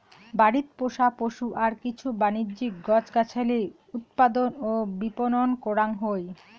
বাড়িত পোষা পশু আর কিছু বাণিজ্যিক গছ গছালি উৎপাদন ও বিপণন করাং হই